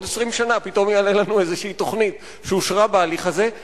בעוד 20 שנה פתאום תעלה לנו איזו תוכנית שאושרה בהליך תיבנינה הזה.